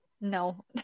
No